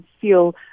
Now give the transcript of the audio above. feel